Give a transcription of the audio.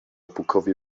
pukowi